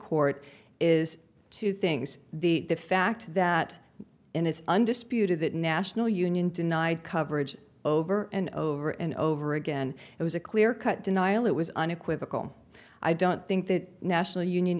court is two things the fact that in his undisputed that national union denied coverage over and over and over again it was a clear cut denial that was unequivocal i don't think that national union